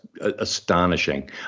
astonishing